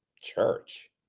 Church